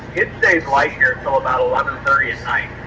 it stays light here until about eleven thirty at night.